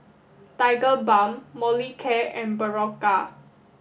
Tigerbalm Molicare and Berocca